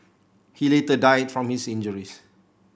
he later died from his injuries